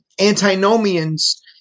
antinomians